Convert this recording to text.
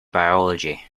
biology